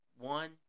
One